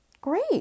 Great